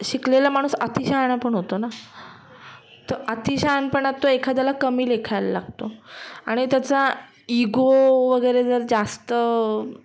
शिकलेला माणूस अतिशहाणा पण होतो ना तर अतिशहाणपणात तो एखाद्याला कमी लेखायला लागतो आणि त्याचा इगो वगैरे जर जास्त